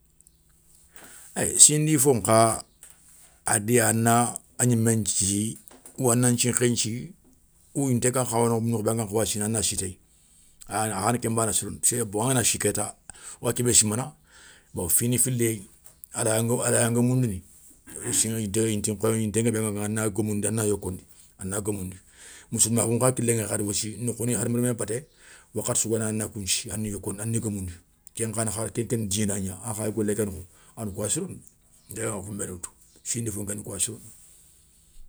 Siyindifi fo nkha adi a na agnimen thi ou ana an thinkhé nthi, ou yinté gan khawa rono nokhou bé a na nkhawa sini a na si téye akhana ken bana sirono, bon angana si kéta woga kébé simana bon, fini fili yéyi a raya nguémoundini, yinté ŋa da a na guémoundi a na yokoundi, a na guémoundi, missilmakhoun nkha kiléŋéyi khadi aussi nokhouni hadama remme npété wakhati sou ganari a na kounthi, a ni gomoundi ken keni dina akhayi golé ké nokho, a na kouwa sirono dé. Nke ga founbé bé tou siyindi fo nkéni kouwa sirono.